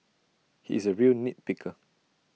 he is A real nit picker